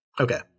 Okay